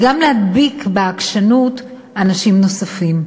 וגם להדביק בעקשנות אנשים נוספים.